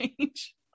change